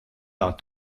dans